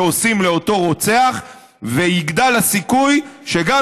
שעושים לאותו רוצח ויגדל הסיכוי שגם